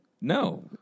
No